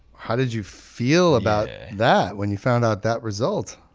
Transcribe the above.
how did you feel about that when you found out that result?